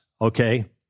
okay